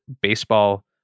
baseball